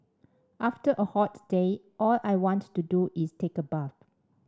after a hot day all I want to do is take a bath